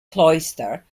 cloister